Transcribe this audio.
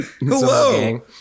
Hello